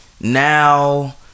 now